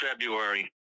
February